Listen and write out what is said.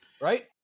right